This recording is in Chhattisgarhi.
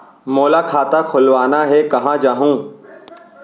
मोला खाता खोलवाना हे, कहाँ जाहूँ?